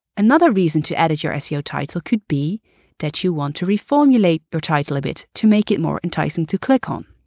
another reason to edit your seo title could be that you want to reformulate your title a bit to make it more enticing to click on.